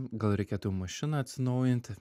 gal reikėtų jau mašiną atsinaujinti